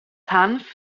hanf